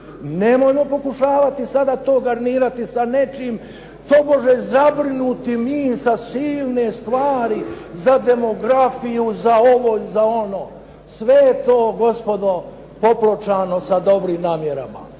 Nemojmo pokušavati sada to garnirati sa nečim tobože zabrinutim i za silne stvari, za demografiju, za ovo, za ono. Sve je to, gospodo, popločano sa dobrim namjerama.